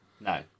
no